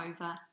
over